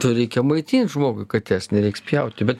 tai reikia maitint žmogui kates nereiks pjauti bet